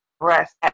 rest